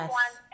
one